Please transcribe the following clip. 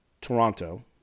Toronto